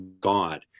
God